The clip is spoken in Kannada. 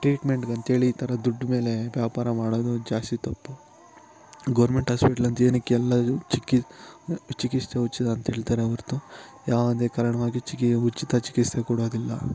ಟ್ರೀಟ್ಮೆಂಟಿಗೆ ಅಂತೇಳಿ ಈ ಥರ ದುಡ್ಡು ಮೇಲೆ ವ್ಯಾಪಾರ ಮಾಡೋದು ಜಾಸ್ತಿ ತಪ್ಪು ಗೋರ್ಮೆಂಟ್ ಆಸ್ಪೆಟ್ಲ್ ಅಂತ ಏನಕ್ಕೆ ಎಲ್ಲರೂ ಚಿಕಿ ಚಿಕಿತ್ಸೆ ಉಚಿತ ಅಂತ ಹೇಳ್ತಾರೆ ಹೊರತು ಯಾವುದೇ ಕಾರಣವಾಗಿ ಚಿಕಿ ಉಚಿತ ಚಿಕಿತ್ಸೆ ಕೊಡೋದಿಲ್ಲ